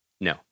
No